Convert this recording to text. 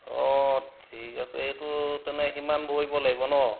অঁ ঠিক আছে এইটো তেনে সিমান ভৰিব লাগিব ন